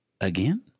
again